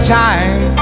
time